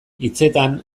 hitzetan